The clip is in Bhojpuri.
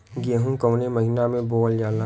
गेहूँ कवने महीना में बोवल जाला?